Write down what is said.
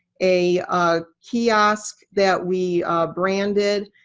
a ah kiosk that we branded.